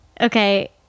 Okay